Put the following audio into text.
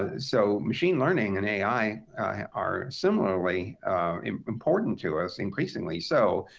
ah so machine learning and ai are similarly important to us, increasingly so.